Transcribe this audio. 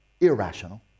irrational